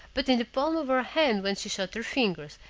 but in the palm of her hand when she shut her fingers,